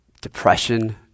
depression